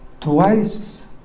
twice